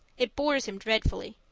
it bores him dreadfully.